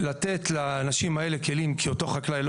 לתת לאנשים האלה כלים כי אותו חקלאי לא